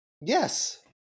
Yes